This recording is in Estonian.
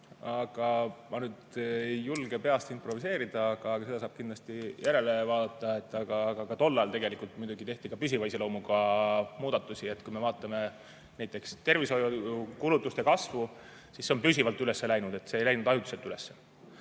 Ma ei julge peast improviseerida, seda saab kindlasti järele vaadata, aga tol ajal tegelikult tehti ka püsiva iseloomuga muudatusi. Kui me vaatame näiteks tervishoiukulutuste kasvu, siis need on püsivalt üles läinud, need ei läinud ajutiselt üles.